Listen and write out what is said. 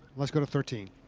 let's go to thirteen.